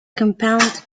compound